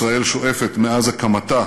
ישראל שואפת מאז הקמתה